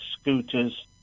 scooters